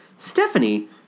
Stephanie